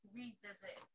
revisit